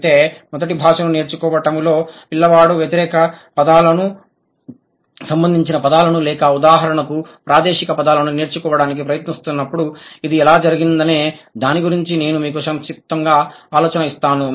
అయితే మొదటి భాషాను నేర్చుకోవటంలో పిల్లవాడు వ్యతిరేక పదాలకు సంబంధించిన పదాలను లేదా ఉదాహరణకు ప్రాదేశిక పదాలను నేర్చుకోవడానికి ప్రయత్నిస్తున్నప్పుడు ఇది ఎలా జరిగిందనే దాని గురించి నేను మీకు సంక్షిప్త ఆలోచన ఇస్తాను